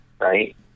right